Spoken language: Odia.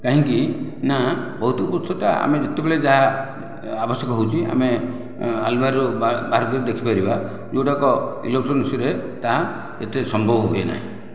କାହିଁକି ନା ଭୌତିକ ପୁସ୍ତକ ଆମେ ଯେତେବେଳେ ଯାହା ଆବଶ୍ୟକ ହେଉଛି ଆମେ ଆଲମାରିରୁ ବାହାର କରି ଦେଖିପାରିବା ଯେଉଁଟାକି ଇଲେକ୍ଟ୍ରୋନିକ୍ସରେ ତାହା ଏତେ ସମ୍ଭବ ହୁଏ ନାହିଁ